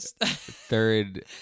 Third